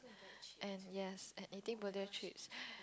and yes and eating potato chips